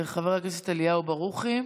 חבר הכנסת אליהו ברוכי,